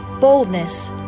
boldness